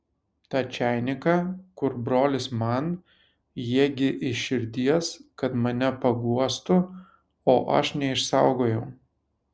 tą čainiką kur brolis man jie gi iš širdies kad mane paguostų o aš neišsaugojau